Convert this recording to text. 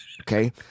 okay